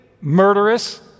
murderous